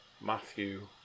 Matthew